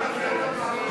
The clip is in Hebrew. הוועדה.